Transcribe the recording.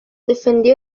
defendió